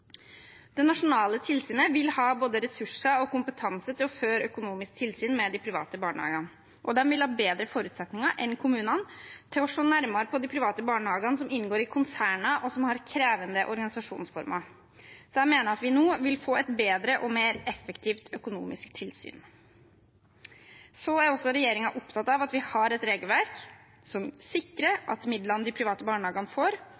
Det nasjonale tilsynet vil ha både ressurser og kompetanse til å føre økonomisk tilsyn med de private barnehagene, og de vil ha bedre forutsetninger enn kommunene til å se nærmere på de private barnehagene som inngår i konserner, og som har krevende organisasjonsformer. Jeg mener at vi nå vil få et bedre og mer effektivt økonomisk tilsyn. Regjeringen er også opptatt av at vi har et regelverk som sikrer at midlene de private barnehagene får,